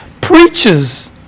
Preachers